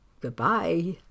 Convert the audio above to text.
Goodbye